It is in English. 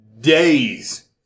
days